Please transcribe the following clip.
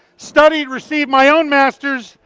studied, received my own master's,